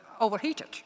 overheated